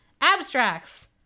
Abstracts